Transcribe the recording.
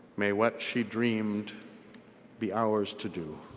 may what she dreamed be ours to do.